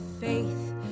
faith